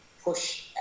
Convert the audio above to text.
push